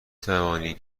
توانی